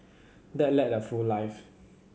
dad led a full life